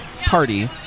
party